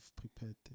prepared